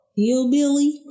hillbilly